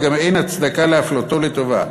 וגם אין הצדקה להפלותו לטובה.